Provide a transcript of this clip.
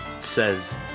says